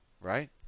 right